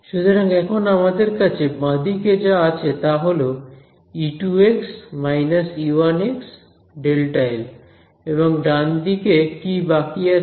সুতরাং এখন আমাদের কাছে বাঁ দিকে যা আছে তা হল x − x Δl এবং ডান দিকে কি বাকি আছে